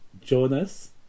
Jonas